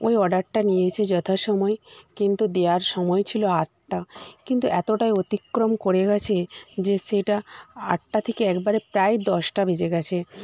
ওই অর্ডারটা নিয়েছে যথাসময়ে কিন্তু দেওয়ার সময় ছিল আটটা কিন্তু এতটাই অতিক্রম করে গেছে যে সেটা আটটা থেকে একবারে প্রায় দশটা বেজে গেছে